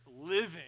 living